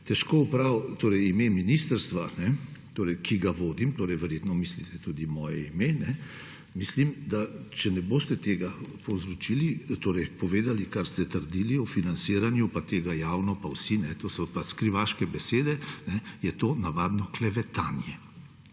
težko opral ime ministrstva, ki ga vodim, torej verjetno mislite tudi moje ime, če ne boste tega povedali, kar ste trdili o financiranju, pa tega javno pa vsi, to so pač skrivaške besede, je to navadno klevetanje.